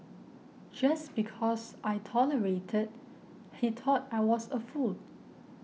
just because I tolerated he thought I was a fool